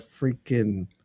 freaking